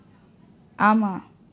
ஆமாம்:aamaam